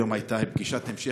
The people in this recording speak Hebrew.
היום הייתה פגישת המשך.